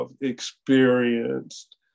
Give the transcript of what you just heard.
experienced